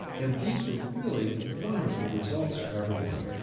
and these were really wonderful results for everyone.